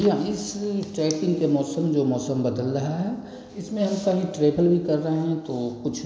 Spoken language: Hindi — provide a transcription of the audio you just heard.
जी हाँ इस ट्रैकिंग के मौसम जो मौसम बदल रहा है इसमें हम कहीं ट्रेवल कर रहे हैं तो कुछ